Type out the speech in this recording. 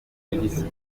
binyuze